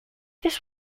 this